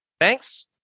thanks